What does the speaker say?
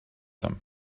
them